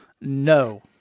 No